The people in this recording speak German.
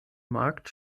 markt